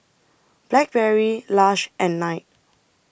Blackberry Lush and Knight